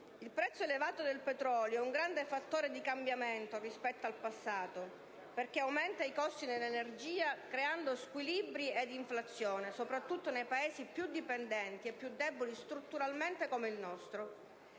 Il prezzo elevato del petrolio è un grande fattore di cambiamento rispetto al passato perché aumenta i costi dell'energia creando squilibri ed inflazione soprattutto nei Paesi più dipendenti e più deboli strutturalmente come il nostro.